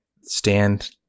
stand